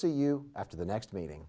see you after the next meeting